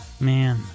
Man